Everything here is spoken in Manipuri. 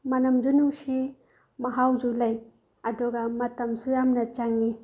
ꯃꯅꯝꯁꯨ ꯅꯨꯡꯁꯤ ꯃꯍꯥꯎꯁꯨ ꯂꯩ ꯑꯗꯨꯒ ꯃꯇꯝꯁꯨ ꯌꯥꯝꯅ ꯆꯪꯏ